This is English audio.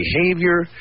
behavior